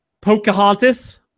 Pocahontas